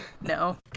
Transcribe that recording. No